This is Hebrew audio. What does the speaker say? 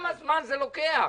כמה זמן זה לוקח?